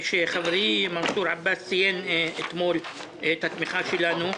שחברי מנסור עבאס ציין אתמול את התמיכה שלנו,